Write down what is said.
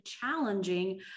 challenging